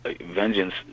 vengeance